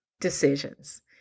decisions